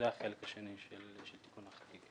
זה החלק השני של תיקון החקיקה.